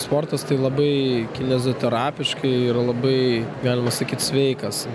sportas tai labai kinezioterapiškai yra labai galima sakyt sveikas